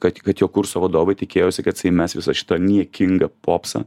kad kad jo kurso vadovai tikėjosi kad jisai mes visą šitą niekingą popsą